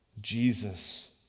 Jesus